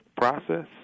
process